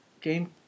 game